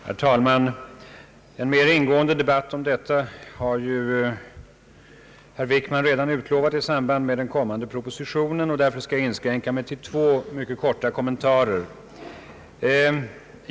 Herr talman! En mera ingående debatt om Durox har herr Wickman redan utlovat i samband med den kommande propositionen. Därför skall jag inskränka mig till två mycket korta kommentarer.